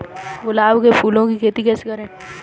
गुलाब के फूल की खेती कैसे करें?